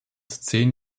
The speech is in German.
zehn